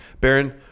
Baron